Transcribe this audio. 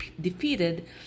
defeated